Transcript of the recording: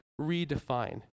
redefine